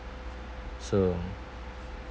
so